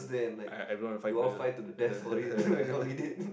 I everyone will fight for you